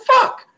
fuck